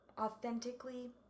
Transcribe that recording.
authentically